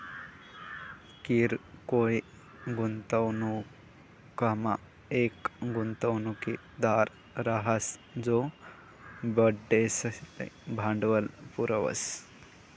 किरकोय गुंतवणूकमा येक गुंतवणूकदार राहस जो बठ्ठासले भांडवल पुरावस